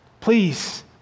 Please